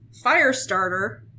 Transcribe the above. Firestarter